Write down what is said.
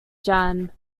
jahn